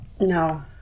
No